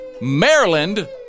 Maryland